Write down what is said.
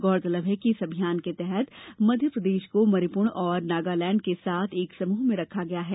गौरतलब है कि इस अभियान के तहत मध्यप्रदेश को मणिप्र और नागालैंड के साथ एक समूह में रखा गया है